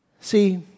See